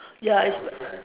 ya is